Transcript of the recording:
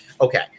Okay